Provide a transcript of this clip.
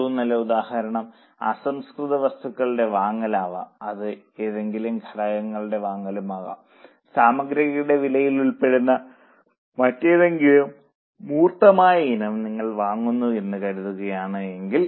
ഏറ്റവും നല്ല ഉദാഹരണം അസംസ്കൃത വസ്തുക്കളുടെ വാങ്ങൽ ആകാം അത് ഏതെങ്കിലും ഘടകങ്ങളുടെ വാങ്ങലും ആകാം സാമഗ്രികളുടെ വിലയിൽ ഉൾപ്പെടുന്ന മറ്റേതെങ്കിലും മൂർത്തമായ ഇനം നിങ്ങൾ വാങ്ങുന്നു എന്ന് കരുതുകയാണെങ്കിൽ